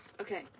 Okay